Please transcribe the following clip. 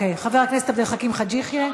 חבר הכנסת עבד אל חכים חאג' יחיא.